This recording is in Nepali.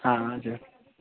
अँ हजुर